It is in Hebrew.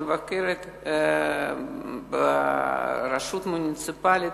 אני מבקרת ברשות מוניציפלית,